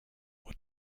what